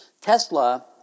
Tesla